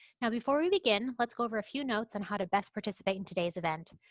now before we begin, let's go over a few notes on how to best participate in today's event.